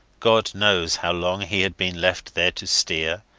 god knows how long he had been left there to steer,